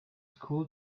school